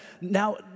now